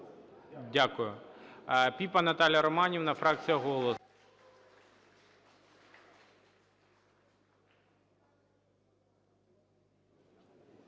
Дякую.